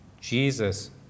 Jesus